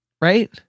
right